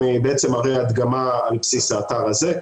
אבל אני אתן לכם למשל דוגמה למצוקה שהיא